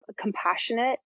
Compassionate